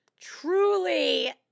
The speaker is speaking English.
truly